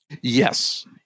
Yes